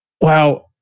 Wow